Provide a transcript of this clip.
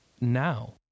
now